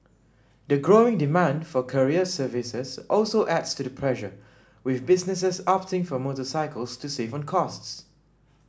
the growing demand for courier services also adds to the pressure with businesses opting for motorcycles to save on costs